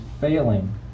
failing